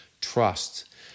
trust